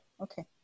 okay